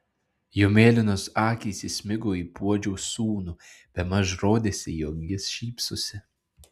jo mėlynos akys įsmigo į puodžiaus sūnų bemaž rodėsi jog jis šypsosi